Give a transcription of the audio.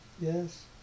Yes